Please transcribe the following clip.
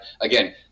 Again